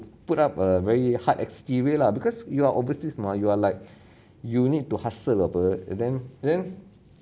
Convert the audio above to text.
put up a very hard exterior lah because you are overseas mah you're like you need to hustle apa and then then